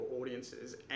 audiences